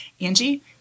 angie